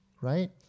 right